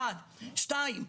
שנית,